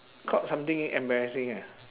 caught something embarrassing ah